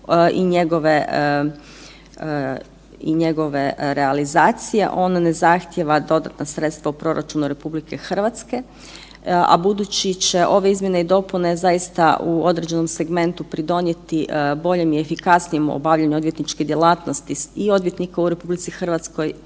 i njegove realizacije, on ne zahtjeva dodatna sredstva u proračunu RH, a budući će ove izmjene i dopune zaista u određenom segmentu pridonijeti boljem i efikasnije obavljanju odvjetničke djelatnosti i odvjetnika u RH, a i stranih